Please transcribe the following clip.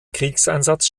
kriegseinsatz